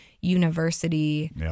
university